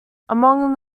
among